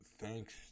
Thanks